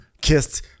kissed